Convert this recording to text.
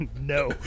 No